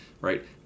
right